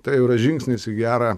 tai jau yra žingsnis į gerą